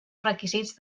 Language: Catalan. requisits